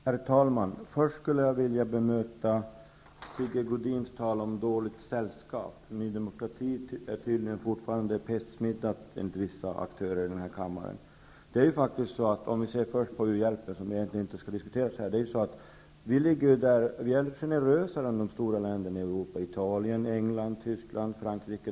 Herr talman! Först skulle jag vilja bemöta Sigge Godins tal om dåligt sällskap. Ny demokrati är tydligen fortfarande pestsmittat enligt vissa aktörer i denna kammare. Om vi först ser på u-hjälpen -- som egentligen inte skall diskuteras här -- är vi generösare än de stora länderna i Europa, som Italien, England, Tyskland och Frankrike.